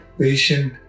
patient